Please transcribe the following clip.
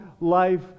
life